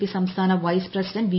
P സംസ്ഥാന vice president V